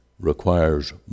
requires